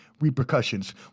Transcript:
repercussions